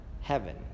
heaven